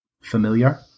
familiar